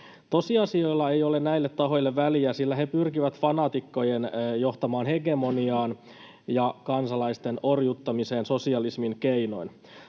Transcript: Tosiasioilla ei ole näille tahoille väliä, sillä he pyrkivät fanaatikkojen johtamaan hegemoniaan ja kansalaisten orjuuttamiseen sosialismin keinoin.